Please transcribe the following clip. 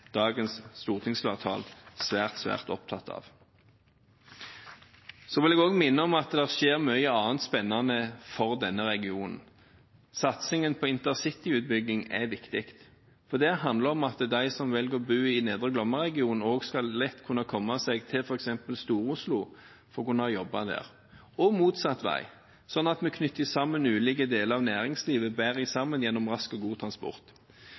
dagens stortingsflertall svært, svært opptatt av. Jeg vil også minne om at det skjer mye annet spennende for denne regionen. Satsingen på intercityutbygging er viktig, for det handler om at de som velger å bo i Nedre Glomma-regionen, også lett skal kunne komme seg til f.eks. Stor-Oslo for å kunne jobbe der – og motsatt vei, sånn at man knytter ulike deler av næringslivet bedre sammen gjennom rask og god transport.